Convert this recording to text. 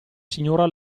signora